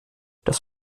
das